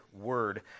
word